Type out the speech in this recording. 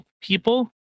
people